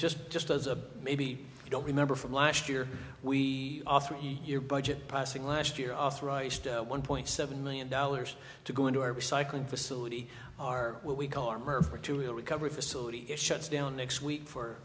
just just as a maybe you don't remember from last year we offered your budget pricing last year authorized one point seven million dollars to go into our recycling facility are what we call our mer for two real recovery facility it shuts down next week for